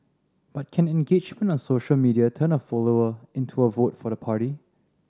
but can engagement on social media turn a follower into a vote for the party